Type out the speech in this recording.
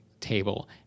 table